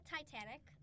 Titanic